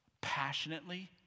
passionately